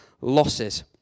losses